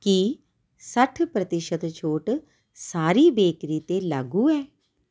ਕੀ ਸੱਠ ਪ੍ਰਤਿਸ਼ਤ ਛੋਟ ਸਾਰੀ ਬੇਕਰੀ 'ਤੇ ਲਾਗੂ ਹੈ